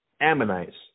Ammonites